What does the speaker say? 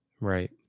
Right